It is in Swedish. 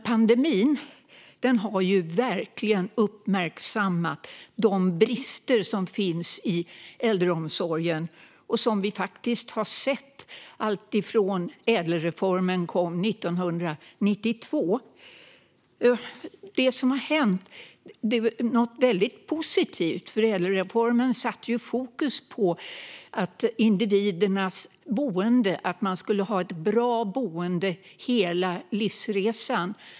Pandemin har verkligen uppmärksammat de brister som finns i äldreomsorgen sedan Ädelreformen 1992. Det som var positivt var att Ädelreformen satte fokus på att individerna skulle ha ett bra boende under hela livsresan.